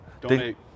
Donate